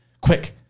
quick